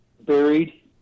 buried